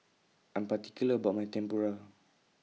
I Am particular about My Tempura